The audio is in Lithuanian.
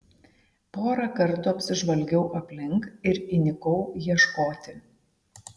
porą kartų apsižvalgiau aplink ir įnikau ieškoti